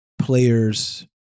players